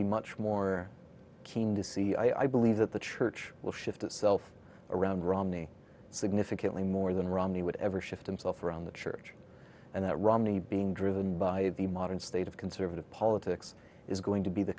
be much more keen to see i believe that the church will shift itself around romney significantly more than romney would ever shift him self around the church and that romney being driven by the modern state of conservative politics is going to be the